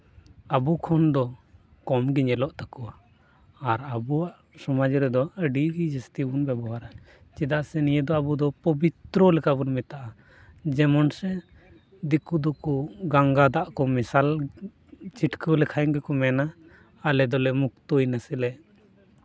ᱟᱵᱚ ᱠᱷᱚᱱ ᱫᱚ ᱠᱚᱢᱜᱮ ᱧᱮᱞᱚᱜ ᱛᱟᱠᱚᱣᱟ ᱟᱨ ᱟᱵᱚᱣᱟᱜ ᱥᱚᱢᱟᱡᱽ ᱨᱮᱫᱚ ᱟᱹᱰᱤᱜᱮ ᱡᱟᱹᱥᱛᱤ ᱵᱚᱱ ᱵᱮᱵᱚᱦᱟᱨᱟ ᱪᱮᱫᱟᱜ ᱥᱮ ᱱᱤᱭᱟᱹ ᱫᱚ ᱟᱵᱚ ᱫᱚ ᱯᱚᱵᱤᱛᱨᱚ ᱞᱮᱠᱟ ᱵᱚᱱ ᱢᱮᱛᱟᱜᱼᱟ ᱡᱮᱢᱚᱱ ᱥᱮ ᱫᱤᱠᱩ ᱫᱚᱠᱚ ᱜᱟᱝᱜᱟ ᱫᱟᱜ ᱠᱚ ᱢᱮᱥᱟᱞ ᱪᱷᱤᱴᱠᱟᱹᱣ ᱞᱮᱠᱷᱟᱱ ᱜᱮᱠᱚ ᱢᱮᱱᱟ ᱟᱞᱮ ᱫᱚᱞᱮ ᱢᱩᱠᱛᱚᱭ ᱱᱟ ᱥᱮᱞᱮ